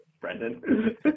Brendan